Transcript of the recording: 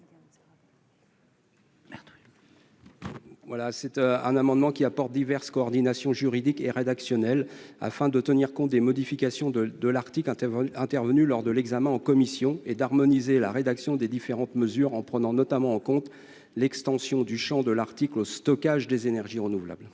Cet amendement vise à introduire diverses coordinations juridiques et rédactionnelles, afin de tenir compte des modifications de l'article intervenues lors de l'examen en commission et d'harmoniser la rédaction des différentes mesures, en prenant notamment en compte l'extension du champ de l'article au stockage des énergies renouvelables.